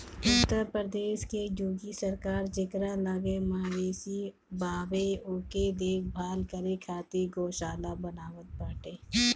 उत्तर प्रदेश के योगी सरकार जेकरा लगे मवेशी बावे ओके देख भाल करे खातिर गौशाला बनवावत बाटे